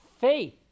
Faith